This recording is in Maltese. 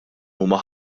huma